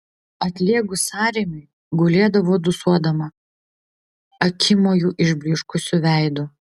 atlėgus sąrėmiui gulėdavo dūsuodama akimoju išblyškusiu veidu